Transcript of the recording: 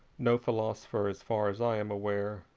no philosopher, as far as i am aware,